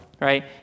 right